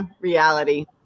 reality